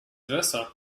versa